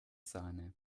sahne